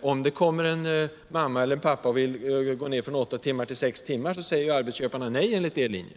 Om en mamma eller en pappa vill ha en förkortning av arbetstiden från åtta till sex timmar, då kan ju arbetsköparen säga nej enligt er linje.